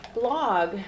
blog